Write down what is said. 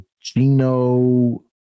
Gino